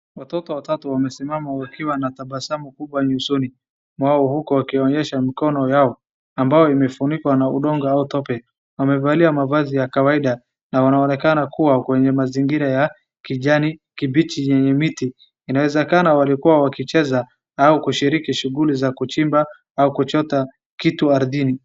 Watoto watatu wamesimama wakiwa na tabasamu kubwa nyusoni mwao huku wakionyesha mikono yako ambayo imefunikwa na udongo au tope. wamevalia mavazi ya kawaida na wanaonekana kuwa kwenye mazingira ya kijani kimbichi yenye miti. Inaezekana walikua wakicheza au kushiriki shughuli za kuchimba au kuchota kitu ardhini.